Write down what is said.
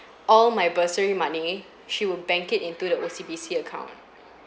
all my bursary money she will bank it into the O_C_B_C account